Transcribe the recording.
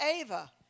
Ava